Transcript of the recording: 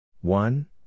one